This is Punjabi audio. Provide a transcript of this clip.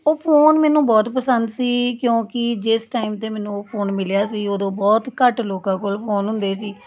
ਉਹ ਫੋਨ ਮੈਨੂੰ ਬਹੁਤ ਪਸੰਦ ਸੀ ਕਿਉਂਕਿ ਜਿਸ ਟਾਈਮ 'ਤੇ ਮੈਨੂੰ ਉਹ ਫੋਨ ਮਿਲਿਆ ਸੀ ਉਦੋਂ ਬਹੁਤ ਘੱਟ ਲੋਕਾਂ ਕੋਲ ਫੋਨ ਹੁੰਦੇ ਸੀ